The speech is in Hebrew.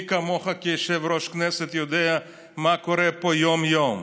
מי כמוך כיושב-ראש הכנסת יודע מה קורה פה יום-יום.